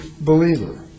believer